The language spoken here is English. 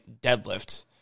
deadlift